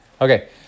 Okay